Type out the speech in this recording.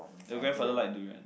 your grandfather like durian ah